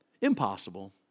impossible